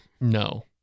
No